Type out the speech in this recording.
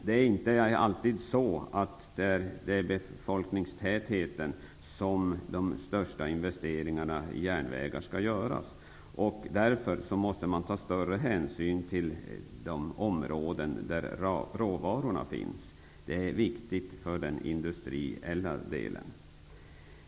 Det är inte alltid så att det är i befolkningstäta områden som de största investeringarna i järnvägar skall göras. Därför måste större hänsyn tas till de områden där råvarorna finns när investeringar planeras. Det är viktigt för industrin.